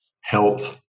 health